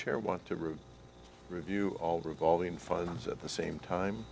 chair want to root review all revolving funds at the same time